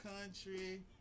country